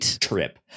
trip